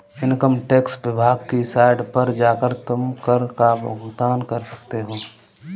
income tax विभाग की site पर जाकर तुम कर का भुगतान कर सकते हो